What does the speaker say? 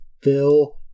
Phil